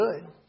good